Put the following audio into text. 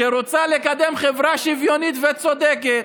שרוצה לקדם חברה שוויונית וצודקת.